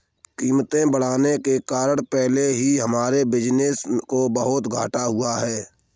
कीमतें बढ़ने के कारण पहले ही हमारे बिज़नेस को बहुत घाटा हुआ है